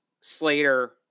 Slater